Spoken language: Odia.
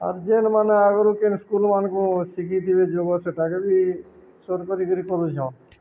ଆର୍ ଯେେନ୍ଟ ମାନେ ଆଗରୁ କେନ୍ ସ୍କୁଲମାନଙ୍କୁ ଶିଖିଥିବେ ଯୋଗ ସେଟାକେ ବି ସରକାରୀ କରିରି କରଲୁଛନ୍